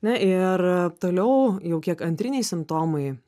na ir toliau jau kiek antriniai simptomai